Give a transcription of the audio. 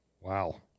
Wow